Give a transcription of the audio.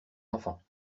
enfants